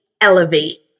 Elevate